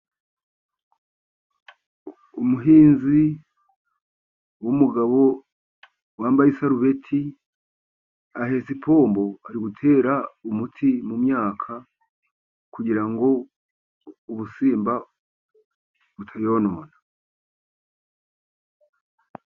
Umuhinzi w'umugabo wambaye isarubeti ahetse ipombo, ari gutera umuti mu myaka kugira ngo ubusimba butayonona .